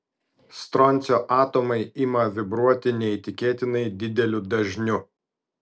stroncio atomai ima vibruoti neįtikėtinai dideliu dažniu